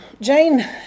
Jane